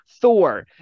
Thor